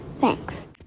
Thanks